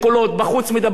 בפנים מתחנפים.